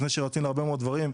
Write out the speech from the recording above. לפני שרצים להרבה מאוד דברים,